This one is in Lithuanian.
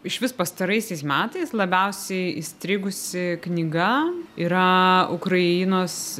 išvis pastaraisiais metais labiausiai įstrigusi knyga yra ukrainos